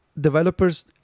developers